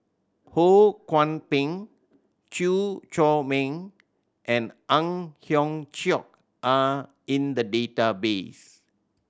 Ho Kwon Ping Chew Chor Meng and Ang Hiong Chiok are in the database